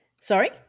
Sorry